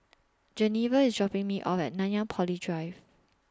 Geneva IS dropping Me off At Nanyang Poly Drive